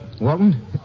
Walton